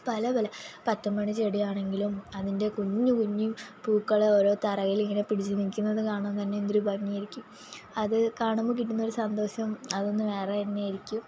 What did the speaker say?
പല പല പത്ത് മണി ചെടിയാണെങ്കിലും അതിൻ്റെ കുഞ്ഞ് കുഞ്ഞ് പൂക്കള് ഓരോ തറയിലിങ്ങനെ പിടിച്ച് നില്ക്കുന്നത് കാണാൻ തന്നെ എന്തൊരു ഭംഗിയായിരിക്കും അത് കാണുമ്പോള് കിട്ടുന്നൊരു സന്തോഷം അതൊന്ന് വേറെ തന്നെയായിരിക്കും